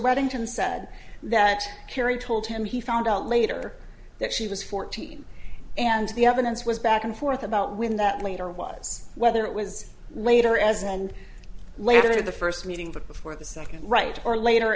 reddington said that kerry told him he found out later that she was fourteen and the evidence was back and forth about when that later was whether it was later as and later the first meeting but before the second right or later